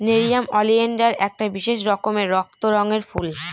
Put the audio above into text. nerium oleander একটা বিশেষ রকমের রক্ত রঙের ফুল